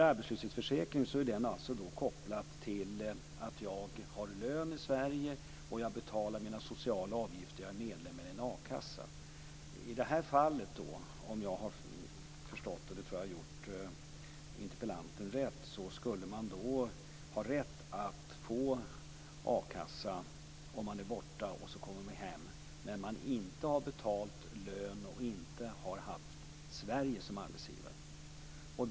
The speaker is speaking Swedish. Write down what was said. Arbetslöshetsförsäkringen är kopplad till att man har lön i Sverige och betalar sina sociala avgifter som medlem i en a-kassa. Om jag förstått interpellanten rätt - och det tror jag att jag har gjort - skulle man ha rätt att få a-kasseersättning sedan man kommit hem efter ett utlandsuppdrag där man inte har haft Sverige som arbetsgivare och där lön inte utbetalats därifrån.